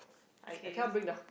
I can cannot bring the